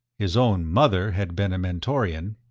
his own mother had been a mentorian.